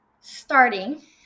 Starting